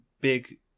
big